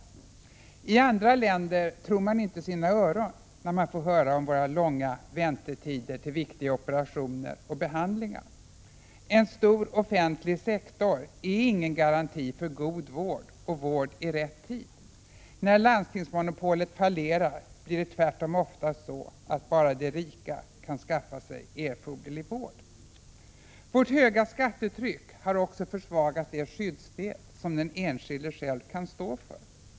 I andra länder tror man inte sina öron, när man får höra om våra långa väntetider till viktiga operationer och behandlingar. En stor offentlig sektor är ingen garanti för god vård och vård i rätt tid. När landstingsmonopolet fallerar blir det tvärtom ofta så att bara de rika kan skaffa sig erforderlig vård. Vårt höga skattetryck har också försvagat de skyddsnät den enskilde själv kan stå för.